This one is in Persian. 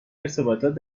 ارتباطات